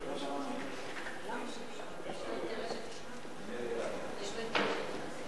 נתקבלו.